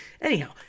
anyhow